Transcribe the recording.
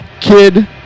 kid